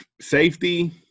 Safety